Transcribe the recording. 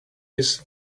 his